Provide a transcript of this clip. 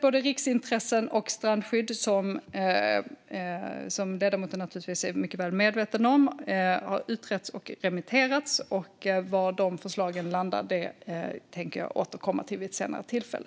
Både riksintressen och strandskydd har, som ledamoten naturligtvis är mycket väl medveten om, utretts och remitterats. Vad förslagen landar i tänker jag återkomma till vid ett senare tillfälle.